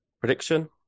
Prediction